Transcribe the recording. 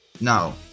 now